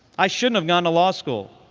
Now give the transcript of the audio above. i shouldn't gone to law school.